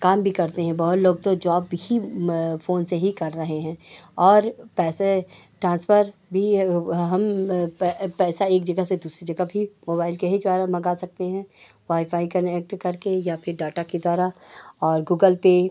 काम भी करते हैं बहुत लोग तो जॉब भी फ़ोन से ही कर रहे हैं और पैसे ट्रान्सफ़र भी हम पैसा एक जगह से दूसरी जगह भी मोबाइल के ही द्वारा मँगा सकते हैं वाईफ़ाई कनेक्ट करके या फिर डाटा के द्वारा और गूगल पे